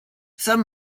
some